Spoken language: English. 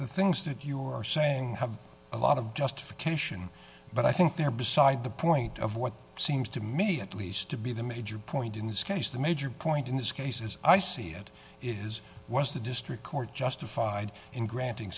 the things that you are saying have a lot of justification but i think they're beside the point of what seems to me at least to be the major point in this case the major point in this case as i see it is was the district court justified in granting